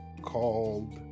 called